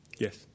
Yes